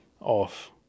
off